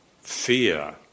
fear